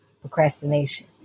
Procrastination